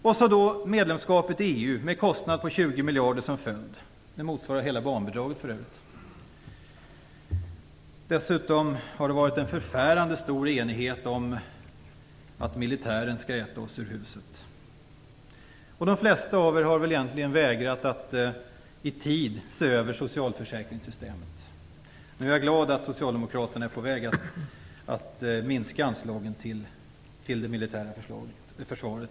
Och sedan medlemskapet i EU, med en kostnad på 20 miljarder som följd - det motsvarar för övrigt hela barnbidraget. Dessutom har det funnits en förfärande stor enighet om att militären skall äta oss ur huset. De flesta av er har väl egentligen vägrat att i tid se över socialförsäkringssystemet. Jag är glad att Socialdemokraterna nu är på väg att minska anslagen till det militära försvaret.